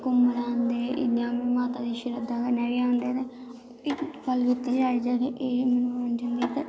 घूमन आंदे इ'यां उ'आं माता दी शरधा कन्नै बी आंदे ते इक गल्ल कीती जाए जेह्ड़ी एह् हून जियां ते